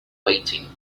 weighting